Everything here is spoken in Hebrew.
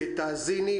תאזיני,